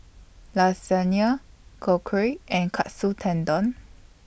Lasagna Korokke and Katsu Tendon